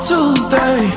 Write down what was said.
Tuesday